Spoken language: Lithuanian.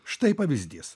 štai pavyzdys